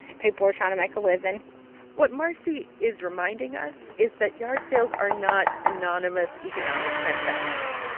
people are trying to make a living what marcie is reminding us is that yard sales are not anonymous economic transactions.